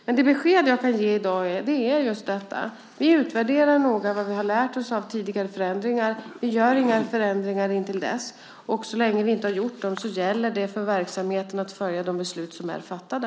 Men det besked som jag kan ge i dag är just att vi noga utvärderar vad vi har lärt oss av tidigare förändringar och att vi inte gör några förändringar innan dess. Och så länge vi inte har gjort dem så gäller det för verksamheten att följa de beslut som är fattade.